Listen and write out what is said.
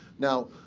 now,